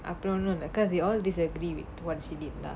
அப்புறம் இன்னோனு:appuram innonnu because they all disagree with what she did lah